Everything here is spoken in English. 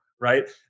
right